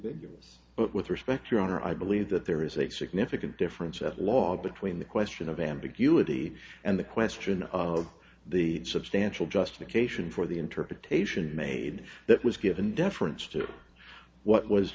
us but with respect your honor i believe that there is a significant difference at law between the question of ambiguity and the question of the substantial justification for the interpretation made that was given deference to what was